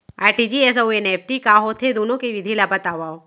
RTGS अऊ NEFT का होथे, दुनो के विधि ला बतावव